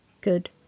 Good